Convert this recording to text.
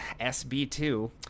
SB2